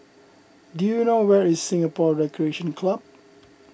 do you know where is Singapore Recreation Club